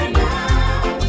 now